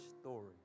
story